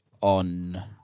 on